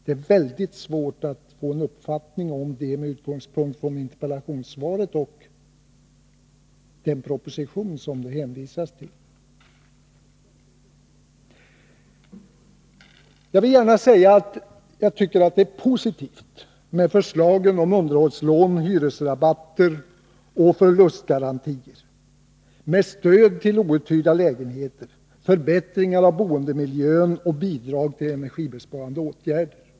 Det är mycket svårt att få en uppfattning om det med utgångspunkt från interpellationssvaret och den proposition som det hänvisas till. Jag vill gärna säga att jag tycker det är positivt med förslagen om underhållslån, hyresrabatter och förlustgarantier, med stöd till outhyrda lägenheter, förbättringar av boendemiljön och bidrag till energibesparande åtgärder.